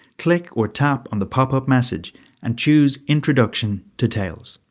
click or tap on the pop up message and choose introduction to tails.